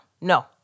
No